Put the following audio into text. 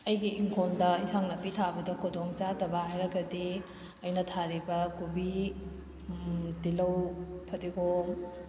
ꯑꯩꯒꯤ ꯏꯪꯈꯣꯜꯗ ꯌꯦꯟꯁꯥꯡ ꯅꯥꯄꯤ ꯊꯥꯕꯗ ꯈꯨꯗꯣꯡꯆꯥꯗꯕ ꯍꯥꯏꯔꯒꯗꯤ ꯑꯩꯅ ꯊꯥꯔꯤꯕ ꯀꯣꯕꯤ ꯇꯤꯜꯍꯧ ꯐꯗꯤꯒꯣꯝ